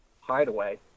hideaway